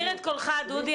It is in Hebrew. דודי,